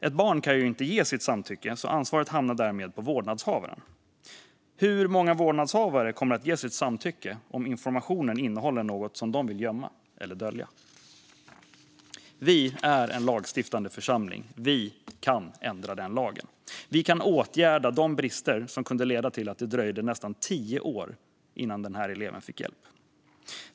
Ett barn kan inte ge sitt samtycke, så ansvaret hamnar därmed på vårdnadshavaren. Hur många vårdnadshavare kommer att ge sitt samtycke om informationen innehåller något som de vill gömma eller dölja? Vi är en lagstiftande församling. Vi kan ändra lagen. Vi kan åtgärda de brister som ledde till att det dröjde nästan tio år innan denna elev fick hjälp.